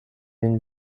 این